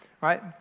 Right